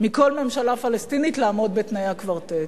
מכל ממשלה פלסטינית לעמוד בתנאי הקוורטט.